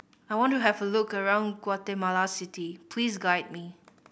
I want to have a look around Guatemala City please guide me